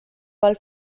pel